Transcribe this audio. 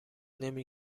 نمی